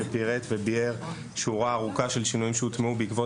שתיאר שורה ארוכה של שינויים שהוקמו בעקבות